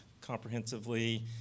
comprehensively